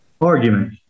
argument